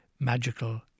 Magical